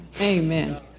Amen